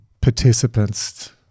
participants